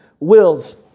Wills